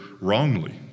wrongly